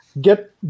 get